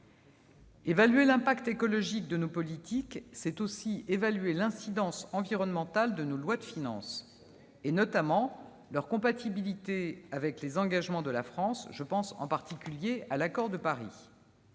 Évaluer l'impact écologique de nos politiques, c'est aussi évaluer l'incidence environnementale de nos lois de finances, en particulier leur compatibilité avec les engagements de la France- je pense singulièrement à l'accord de Paris.